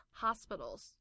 hospitals，